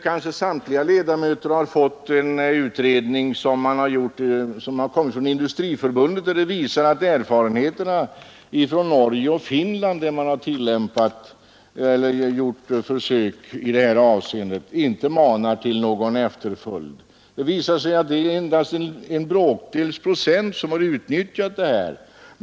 Kanske samtliga ledamöter har fått en utredning, som har kommit från Industriförbundet och som visar att erfarenheterna från Norge och Finland, där man har gjort försök i det här avseendet, inte manar till någon efterföljd. Det visar sig att det endast är en bråkdels procent av företagen som har utnyttjat den här möjligheten.